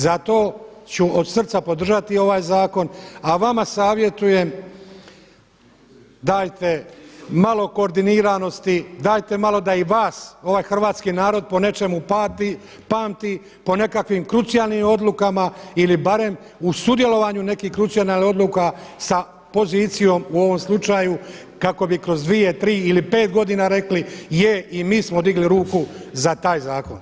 Zato ću od srca podržati ovaj zakon a vama savjetujem dajte malo koordiniranosti, dajte malo da i vas ovaj hrvatski narod po nečemu pamti, po nekakvim krucijalnim odlukama ili barem u sudjelovanju nekih krucijalnih odluka sa pozicijom u ovom slučaju kako bi kroz 2, 3 ili 5 godina rekli je i mi smo digli ruku za taj zakon.